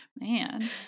Man